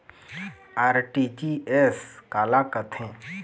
RTGS काला कथें?